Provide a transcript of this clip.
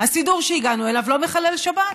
הסידור שהגענו אליו לא מחלל שבת.